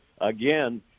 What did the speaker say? again